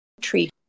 Tree